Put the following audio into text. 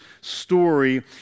story